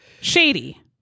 Shady